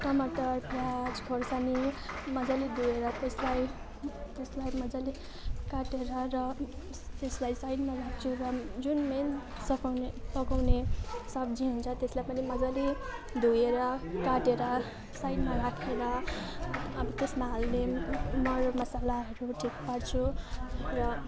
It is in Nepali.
टमाटर पियाज खोर्सानी मजाले धोएर त्यसलाई त्यसलाई मजाले काटेर र त्यसलाई साइडमा राखेर जुन मेन सफाउने पकाउने सब्जी हुन्छ त्यसलाई पनि मजाले धोएर काटेर साइडमा राखेर अब त्यसमा हाल्ने मरमसलाहरू ठिक पार्छु र